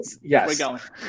yes